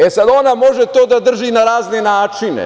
E, sad ona to može da drži na razne načine.